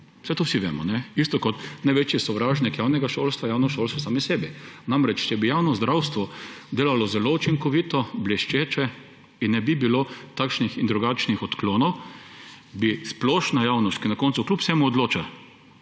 Saj to vsi vemo. Isto kot največji sovražnik javnega šolstva je javno šolstvo samemu sebi. Če bi javno zdravstvo delalo zelo učinkovito, bleščeče in ne bi bilo takšnih in drugačnih odklonov, bi splošna javnost, ki na koncu kljub vsemu odloča,